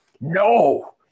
no